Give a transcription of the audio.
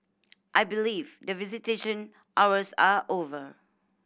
I believe the visitation hours are over